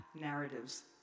narratives